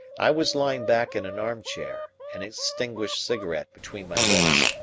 i was lying back in an armchair, an extinguished cigarette between my lips,